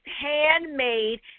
handmade